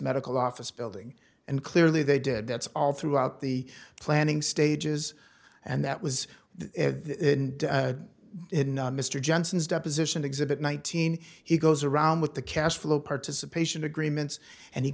medical office building and clearly they did that's all throughout the planning stages and that was in mr johnson's deposition exhibit nineteen he goes around with the cash flow participation agreements and he